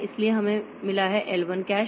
इसलिए हमें मिला है L 1 कैश